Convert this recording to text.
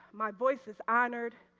my voice is honored.